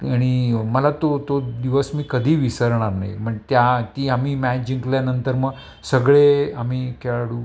आणि मला तो तो दिवस मी कधी विसरणार नाही म्हण त्या ती आम्ही मॅच जिंकल्यानंतर म सगळे आम्ही खेळाडू